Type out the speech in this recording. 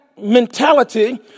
mentality